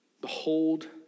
behold